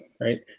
right